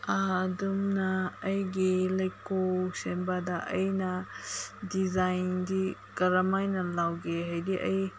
ꯑꯗꯣꯝꯅ ꯑꯩꯒꯤ ꯂꯩꯀꯣꯜ ꯁꯦꯝꯕꯗ ꯑꯩꯅ ꯗꯤꯖꯥꯏꯟꯗꯤ ꯀꯔꯝꯍꯥꯏꯅ ꯂꯧꯒꯦ ꯍꯥꯏꯗꯤ ꯑꯩ